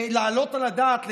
להעלות על הדעת,